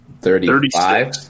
Thirty-five